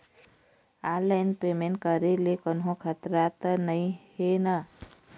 Online payment करे ले कोन्हो खतरा त नई हे न?